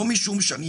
לא משום שאני